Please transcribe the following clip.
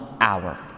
hour